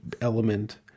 element